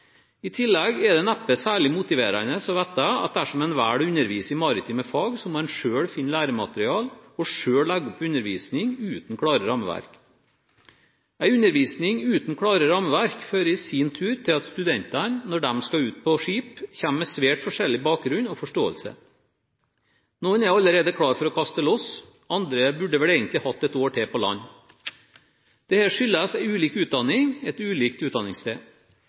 I tillegg er det neppe særlig motiverende å vite at dersom man velger å undervise i maritime fag, må man selv finne læremateriell og selv legge opp undervisningen uten klare rammeverk. En undervisning uten klare rammeverk fører i sin tur til at studentene, når de skal ut på skip, kommer med svært forskjellig bakgrunn og forståelse. Noen er allerede klare for å kaste loss, andre burde vel egentlig hatt et år til på land. Dette skyldes en ulik utdanning etter ulikt utdanningssted.